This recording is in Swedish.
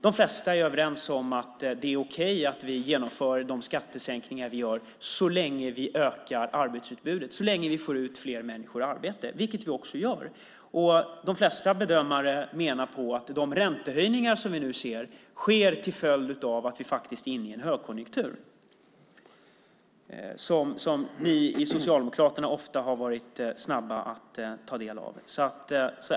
De flesta är överens om att det är okej att vi genomför de skattesänkningar vi gör så länge vi ökar arbetsutbudet och så länge vi får ut fler människor i arbete, vilket vi också gör. De flesta bedömare menar att de räntehöjningar som vi nu ser sker till följd av att vi faktiskt är inne i en högkonjunktur som ni i Socialdemokraterna ofta har varit snabba att ta del av.